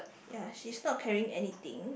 ya she stop carrying anything